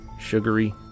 sugary